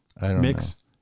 mix